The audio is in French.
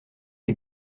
est